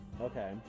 Okay